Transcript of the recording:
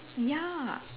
ya